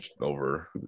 over